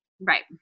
right